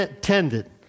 tended